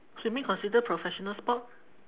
swimming considered professional sport